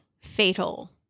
fatal